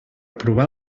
provar